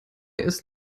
ist